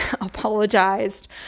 apologized